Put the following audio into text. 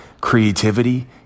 creativity